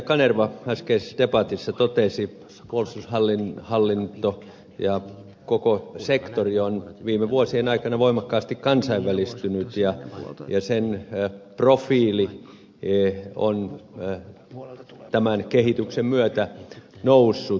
kanerva äskeisessä debatissa totesi puolustushallinto ja koko sektori on viime vuosien aikana voimakkaasti kansainvälistynyt ja sen profiili on tämän kehityksen myötä noussut